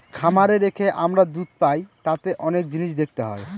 খামারে রেখে আমরা দুধ পাই তাতে অনেক জিনিস দেখতে হয়